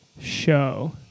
show